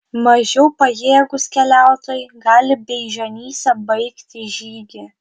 mažiau pajėgūs keliautojai gali beižionyse baigti žygį